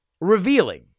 revealing